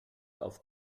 auf